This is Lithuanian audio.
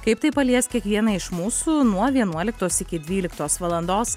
kaip tai palies kiekvieną iš mūsų nuo vienuoliktos iki dvyliktos valandos